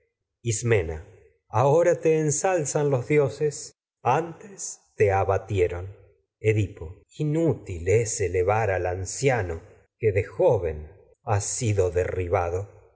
ismena ahora te ensalzan los tieron edipo sido dioses antes te aba inútil es elevar al anciano que de joven ha derribado